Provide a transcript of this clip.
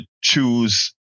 choose